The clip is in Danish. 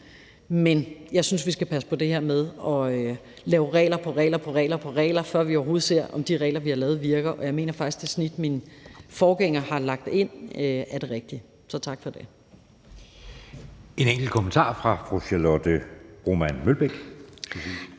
men jeg synes, vi skal passe på det her med at lave regler på regler på regler, før vi overhovedet ser, om de regler, vi har lavet, virker. Jeg mener faktisk, at det snit, min forgænger har lagt ind, er det rigtige. Så tak for det. Kl. 12:03 Anden næstformand